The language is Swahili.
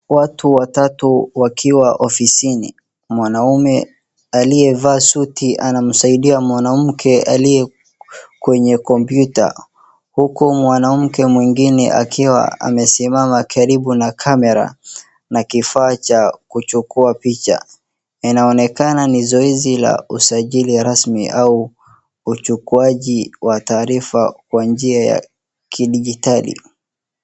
Watu watatu wakiwa ofisini, mwanaume aliyevaa suti anamsaidia mwanamke aliye kwenye kompyuta huku mwanamke akiwa amesimama karibu na camera na kifaa cha kuchukuwa picha. Inaonekana ni zoezi la usajili rasmi au uchukuaji wa taarifa kwa njia ya kidijitali.